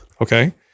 Okay